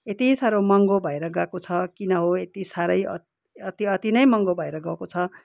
यति साह्रो महँगो भएर गएको छ किन हो यति साह्रै अत् अति अति नै महँगो भएर गएको छ